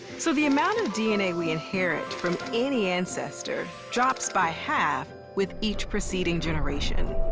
so the amount of dna we inherit from any ancestor drops by half with each preceding generation.